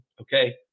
okay